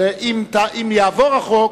אם יעבור החוק,